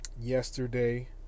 yesterday